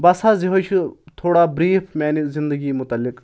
بَس حظ یِہوے چھُ تھوڑا بریٖف میانہِ زِندگی مُتعلِق